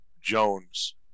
Jones